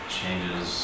changes